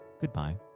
goodbye